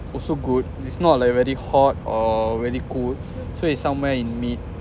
also good it's not like very hot or very cold so it's somewhere in mid